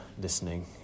listening